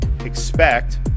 expect